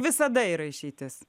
visada yra išeitis